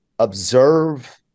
observe